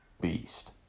beast